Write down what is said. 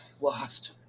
lost